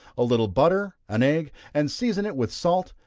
a little butter, an egg, and season it with salt,